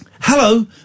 Hello